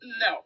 no